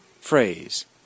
phrase